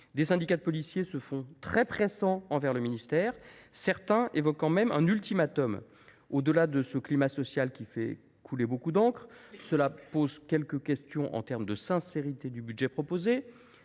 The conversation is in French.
Des syndicats de policiers se font très pressants envers le ministère, certains évoquant même un ultimatum. Au delà de ce climat social, qui fait couler beaucoup d’encre, cela soulève quelques questions s’agissant de la sincérité du budget proposé.